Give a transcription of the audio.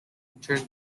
entered